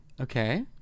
Okay